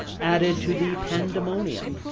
added to the pandemonium.